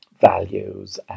values